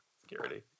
security